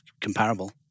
comparable